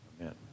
amen